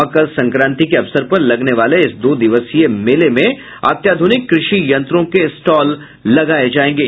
मकर संक्रांति के अवसर पर लगने वाले इस दो दिवसीय मेला में अत्याध्रनिक कृषि यंत्रों के स्टॉल लगाए जाएंगे